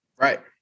Right